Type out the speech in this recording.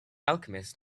alchemist